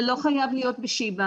זה לא חייב להיות בשיבא,